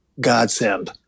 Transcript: godsend